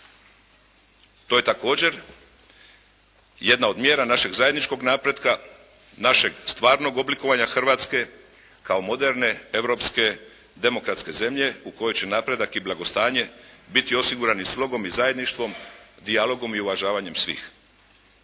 To je također jedna od mjera našeg zajedničkog napretka, našeg stvarnog oblikovanja Hrvatske kao moderne europske demokratske zemlje u kojoj će napredak i blagostanje biti osigurani slogom i zajedništvom, dijalogom i uvažavanjem svih.